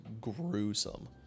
gruesome